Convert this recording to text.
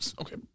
Okay